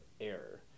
error